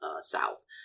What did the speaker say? south